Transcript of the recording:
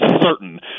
certain